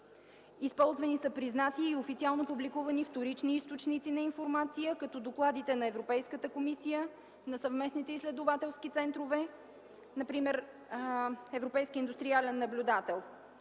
Използвани са признати и официално публикувани вторични източници на информация, като докладите на Европейската комисия, на съвместните изследователски центрове, например Европейски индустриален наблюдател.